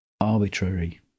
arbitrary